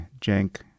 Jenk